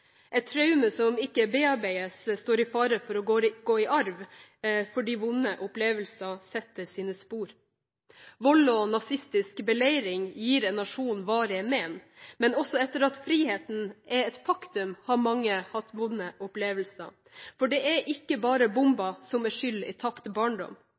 Et traume som ikke bearbeides, står i fare for å gå i arv, fordi vonde opplevelser setter sine spor. Vold og nazistisk beleiring gir en nasjon varige men, men også etter at friheten var et faktum, har mange hatt vonde opplevelser, for det er ikke bare bomber som er skyld i tapt barndom.